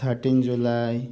thirteen July